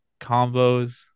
combos